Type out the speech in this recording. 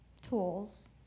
tools